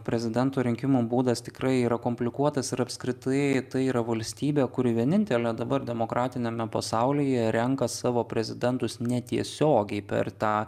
prezidento rinkimo būdas tikrai yra komplikuotas ir apskritai tai yra valstybė kuri vienintelė dabar demokratiniame pasaulyje renka savo prezidentus netiesiogiai per tą